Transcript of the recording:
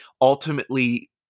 ultimately